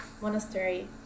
monastery